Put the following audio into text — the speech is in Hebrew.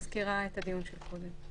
אני רק מזכירה את הדיון הקודם.